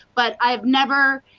but i have never,